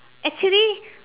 actually